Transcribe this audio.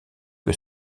que